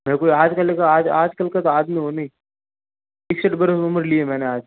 देखो आज कल का आज आज कल के बाद में मैं हूँ नहीं इसलिए तुम्हरा नंबर लिए मैंने आज